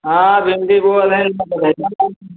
हाँ भिंडी बोअल है